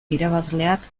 irabazleak